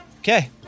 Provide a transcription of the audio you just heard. Okay